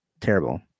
Terrible